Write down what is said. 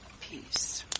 peace